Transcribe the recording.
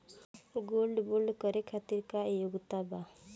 Gold bond करे खातिर का योग्यता बा?